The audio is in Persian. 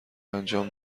انجام